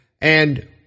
and-